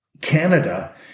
Canada